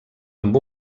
amb